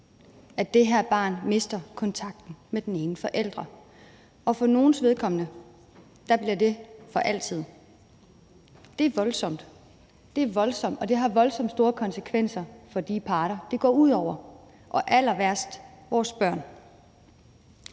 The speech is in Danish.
at det her barn mister kontakten med den ene forælder, og for nogles vedkommende bliver det for altid. Det er voldsomt. Det er voldsomt, og det har voldsomt store konsekvenser for de parter, det går ud over – og allerværst vores børn.